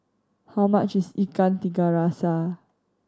how much is Ikan Tiga Rasa